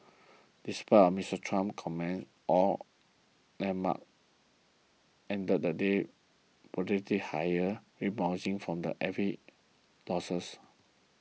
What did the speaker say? despite Mister Trump's comments oil benchmarks ended the day modestly higher rebounding from every losses